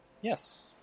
Yes